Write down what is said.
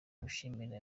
abishimira